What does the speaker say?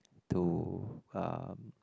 to uh